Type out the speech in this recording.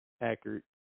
accurate